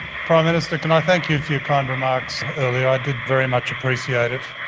prime minister, can i thank you for your kind remarks earlier, i did very much appreciate it.